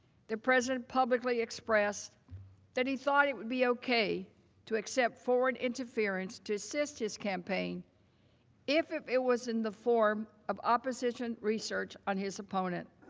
the president publicly expressed that he thought it would be okay to accept forward interference to assist the campaign if if it was in the form of opposition research on his opponent.